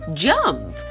jump